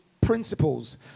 principles